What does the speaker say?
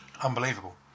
Unbelievable